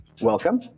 welcome